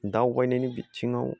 दावबायनायनि बिथिङाव